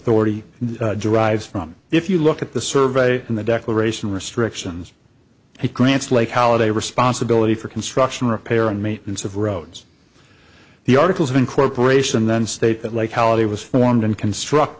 authority derives from if you look at the survey in the declaration restrictions it grants like holiday responsibility for construction repair and maintenance of roads the articles of incorporation then state that like holiday was formed and construct